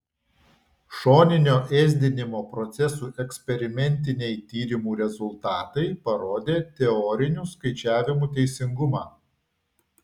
šoninio ėsdinimo procesų eksperimentiniai tyrimų rezultatai parodė teorinių skaičiavimų teisingumą